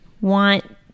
want